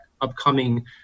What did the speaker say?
upcoming